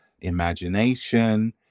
imagination